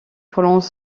prolonge